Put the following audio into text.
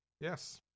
Yes